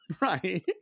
right